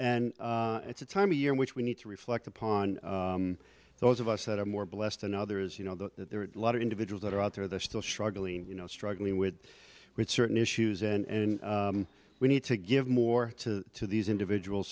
and it's a time of year which we need to reflect upon those of us that are more blessed and others you know that there are a lot of individuals that are out there they're still struggling you know struggling with certain issues and we need to give more to these individuals